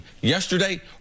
Yesterday